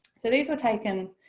so these are taken,